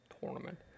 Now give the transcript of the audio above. Tournament